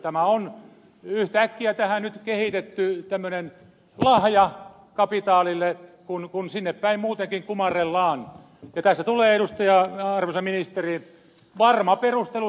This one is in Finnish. tämä on yhtäkkiä tähän nyt kehitetty tämmöinen lahja kapitaalille kun sinne päin muutenkin kumarrellaan pitää se tulee edustaja arvioi ministeri varma perustelu